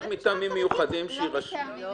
צריך מטעמים מיוחדים שיירשמו.